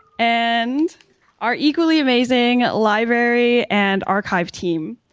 and our equally amazing library and archive team.